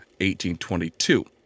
1822